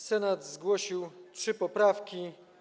Senat zgłosił trzy poprawki.